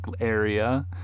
area